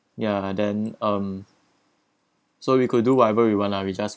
ya then um so we could do whatever we want lah we just